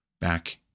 back